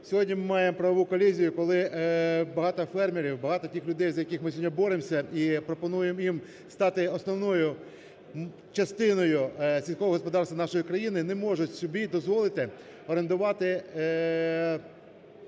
Сьогодні ми маємо правову колізію, коли багато фермерів, багато тих людей, за яких ми сьогодні боремося і пропонуємо їм стати основною частиною сільського господарства нашої країни, не можуть собі дозволити орендувати